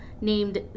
named